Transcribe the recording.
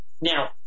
Now